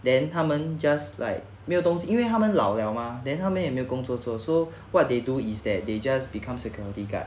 then 他们 just like 没有东西因为他们老 liao mah then 他们也没有工作做 so what they do is that they just become security guard